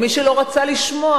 או מי שלא רצה לשמוע,